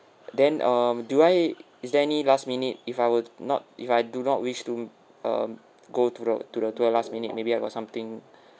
then um do I is there any last minute if I were not if I do not wish to um go to the to the tour last minute maybe I got something